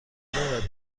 دارد